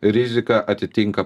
rizika atitinka